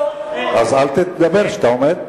אל תדבר כשאתה עומד.